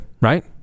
right